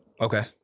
Okay